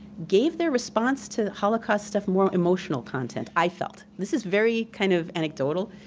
gave their response to holocaust stuff more emotional content, i felt. this is very kind of anecdotal.